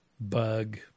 bug